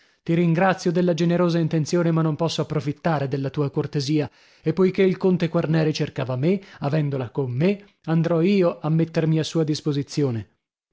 ti ringrazio della generosa intenzione ma non posso approfittare della tua cortesia e poichè il conte quarneri cercava me avendola con me andrò io a mettermi a sua disposizione